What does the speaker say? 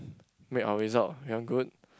make our result become good